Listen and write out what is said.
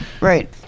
Right